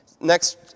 Next